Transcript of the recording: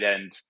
end